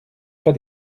pas